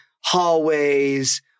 hallways